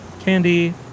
candy